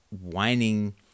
whining